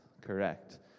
correct